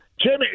Jimmy